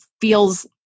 feels